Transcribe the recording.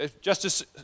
Justice